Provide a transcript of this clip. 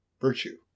virtue